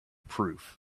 proof